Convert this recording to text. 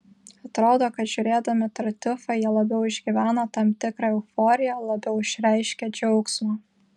atrodo kad žiūrėdami tartiufą jie labiau išgyvena tam tikrą euforiją labiau išreiškia džiaugsmą